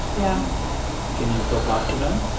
yeah can you still talk to them?